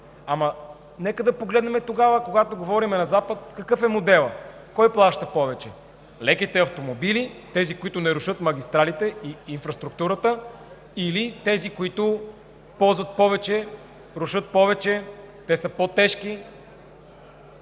гледа на Запад. Нека, когато говорим за Запада, да погледнем какъв е моделът, кой плаща повече – леките автомобили, тези, които не рушат магистралите и инфраструктурата, или тези, които ползват повече, рушат повече и са по-тежки?